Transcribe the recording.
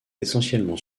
essentiellement